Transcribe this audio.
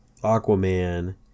aquaman